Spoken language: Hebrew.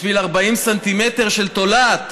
בשביל 40 ס"מ של תולעת?